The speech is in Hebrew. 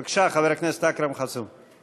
בבקשה, חבר הכנסת אכרם חסון,